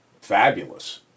fabulous